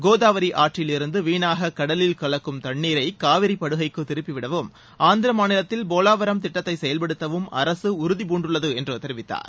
கோதாவரி ஆற்றிலிருந்து வீணாக கடலில் கலக்கும் தண்ணீரை காவிரி படுகைக்கு திருப்பிவிடவும் ஆந்திர மாநிலத்தில் போலாவரம் திட்டத்தைசெயல்படுத்தவும் அரசு உறுதிபூண்டுள்ளது என்று தெரிவித்தார்